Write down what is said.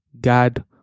God